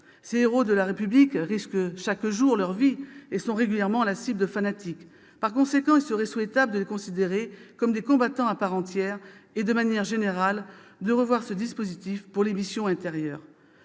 Ces héros de la République risquent chaque jour leur vie et sont régulièrement la cible de fanatiques. Par conséquent, il serait souhaitable de les considérer comme des combattants à part entière et, de manière générale, de revoir ce dispositif pour les missions intérieures.